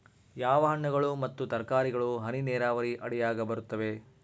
ಯಾವ ಹಣ್ಣುಗಳು ಮತ್ತು ತರಕಾರಿಗಳು ಹನಿ ನೇರಾವರಿ ಅಡಿಯಾಗ ಬರುತ್ತವೆ?